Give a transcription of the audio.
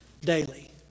daily